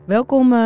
Welkom